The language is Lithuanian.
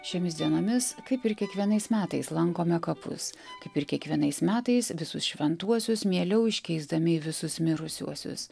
šiomis dienomis kaip ir kiekvienais metais lankome kapus kaip ir kiekvienais metais visus šventuosius mieliau iškeisdami į visus mirusiuosius